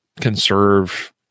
conserve